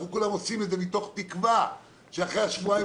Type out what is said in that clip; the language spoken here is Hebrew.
אנחנו כולם עושים את זה מתוך תקווה שאחרי השבועיים